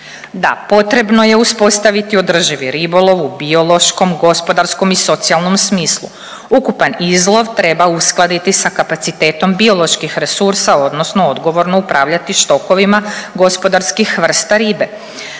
Da, potrebno je uspostaviti održivi ribolov u biološkom, gospodarskom i socijalnom smislu. Ukupan izlov treba uskladiti sa kapacitetom bioloških resursa, odnosno odgovorno upravljati štokovima gospodarskih vrsta ribe.